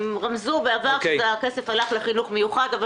הם רמזו בעבר שהכסף הלך לחינוך המיוחד אבל